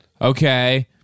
Okay